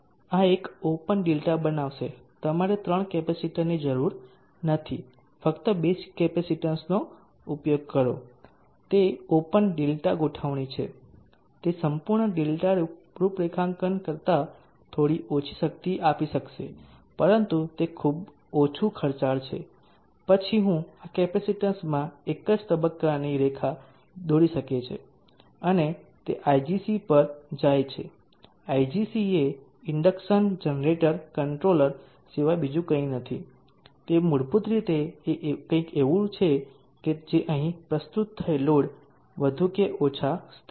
આ એક open delta બનાવશે તમારે 3 કેપેસિટરની જરૂર નથી ફક્ત 2 કેપેસિટીન્સનો ઉપયોગ કરો તે ઓપન Δ ગોઠવણી છે તે સંપૂર્ણ Δ રૂપરેખાંકન કરતાં થોડી ઓછી શક્તિ આપી શકશે પરંતુ તે ખૂબ ઓછું ખર્ચાળ છે પછી હું આ C કેપેસિટેન્સ માં એક જ તબક્કાની રેખા દોરી શકે છે અને તે IGC પર જાય છે IGC એ ઇન્ડક્શન જનરેટર કંટ્રોલર સિવાય બીજું કંઈ નથી તે મૂળભૂત રીતે કંઈક એવું છે કે જે અહીં પ્રસ્તુત થયેલ લોડ વધુ કે ઓછા સ્થિર છે